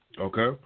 okay